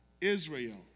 Israel